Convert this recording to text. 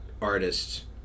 artist's